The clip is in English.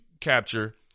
capture